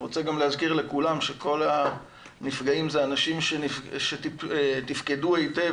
אני רוצה גם להזכיר לכולם שכל הנפגעים אלה אנשים שתפקדו היטב